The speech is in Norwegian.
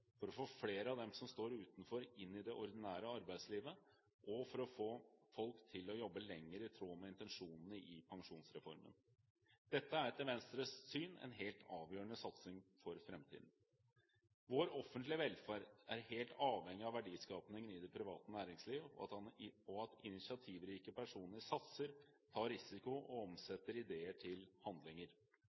for å få flere av dem som står utenfor, inn i det ordinære arbeidslivet, og for å få folk til å jobbe lenger i tråd med intensjonene i pensjonsreformen. Dette er etter Venstres syn en helt avgjørende satsing for framtiden. Vår offentlige velferd er helt avhengig av verdiskapingen i det private næringsliv og at initiativrike personer satser, tar risiko og omsetter ideer til handlinger.